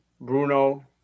Bruno